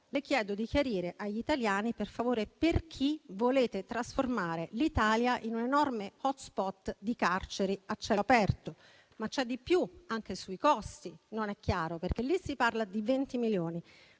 le chiedo di chiarire agli italiani, per favore, per chi volete trasformare l'Italia in un enorme *hotspot* di carceri a cielo aperto. Ma c'è di più: anche l'aspetto dei costi non è chiaro, perché nel decreto si parla di 20 milioni,